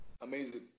amazing